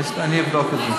אני אבדוק את זה.